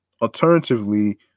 Alternatively